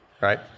Right